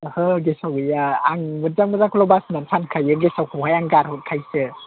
ओहो गेसाव गैया आं मोजां मोजांखौल' बासिनानै फानखायो गेसावखौहाय आं गारहरखायोसो